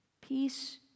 Peace